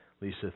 Lisa